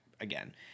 again